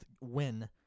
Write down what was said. win